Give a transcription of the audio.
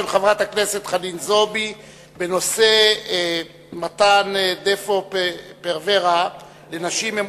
חברת הכנסת חנין זועבי בנושא: מתן "דפו פרוורה" לנשים.